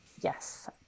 Yes